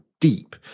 DEEP